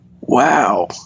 Wow